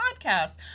podcast